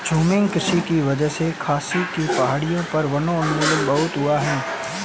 झूमिंग कृषि की वजह से खासी की पहाड़ियों पर वनोन्मूलन बहुत हुआ है